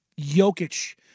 Jokic